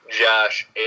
Josh